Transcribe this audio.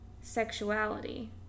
sexuality